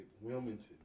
Wilmington